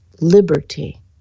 liberty